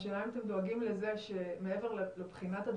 השאלה אם אתם דואגים לזה שמעבר לבחינת הדברים,